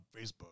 Facebook